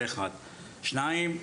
זה דבר ראשון.